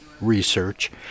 research